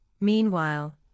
meanwhile